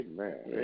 Amen